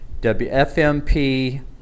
WFMP